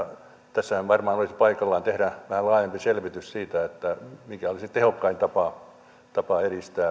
tässähän varmaan olisi paikallaan tehdä vähän laajempi selvitys siitä mikä olisi tehokkain tapa